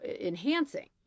enhancing